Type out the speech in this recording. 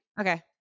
Okay